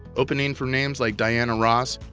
opening for names like diana ross,